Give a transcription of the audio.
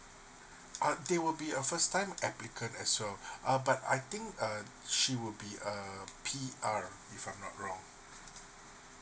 ah there will be a first time applicant as well uh but I think uh she would be aP_R if I'm not wrong